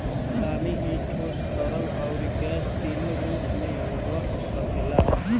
पानी ही ठोस, तरल, अउरी गैस तीनो रूप में रह सकेला